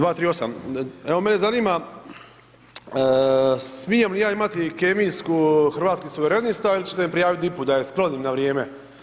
238. evo mene zanima, smijem li ja imati kemijsku Hrvatski suvremenista ili ćete me prijaviti DIP-u da je sklonim na vrijeme?